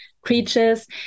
creatures